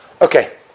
Okay